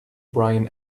brian